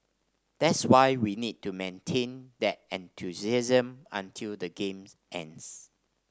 that's why we need to maintain that enthusiasm until the game ends